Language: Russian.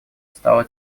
стала